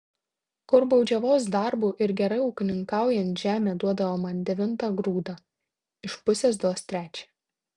kur baudžiavos darbu ir gerai ūkininkaujant žemė duodavo man devintą grūdą iš pusės duos trečią